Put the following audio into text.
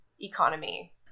economy